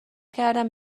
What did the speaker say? کردم